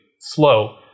slow